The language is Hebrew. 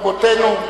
כולם היו רבותינו.